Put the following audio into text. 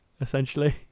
essentially